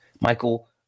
Michael